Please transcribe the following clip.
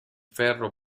ferro